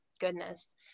goodness